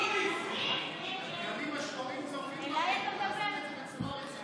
הסתייגות 367 לא נתקבלה.